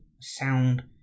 sound